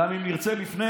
גם אם נרצה לפני